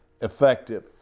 effective